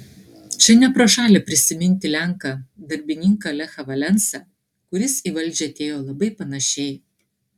čia ne pro šalį prisiminti lenką darbininką lechą valensą kuris į valdžią atėjo labai panašiai